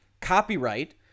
Copyright